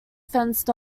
fenced